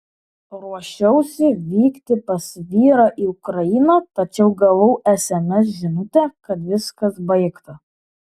ruošiausi vykti pas vyrą į ukrainą tačiau gavau sms žinutę kad viskas baigta